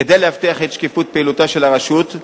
כדי להבטיח את שקיפות פעילותה של הרשות,